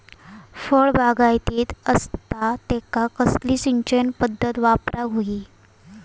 फळबागायती असता त्यांका कसली सिंचन पदधत वापराक होई?